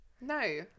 No